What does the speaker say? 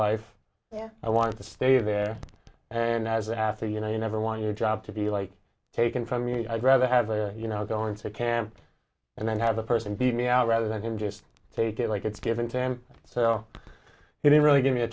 life yeah i want to stay there and as after you know you never want your job to be like taken from me i'd rather have a you know i was going to camp and then have the person be me out rather than him just take it like it's given to him so he didn't really give me a